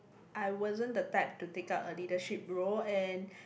I wasn't the type to take up a leadership role and